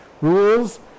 rules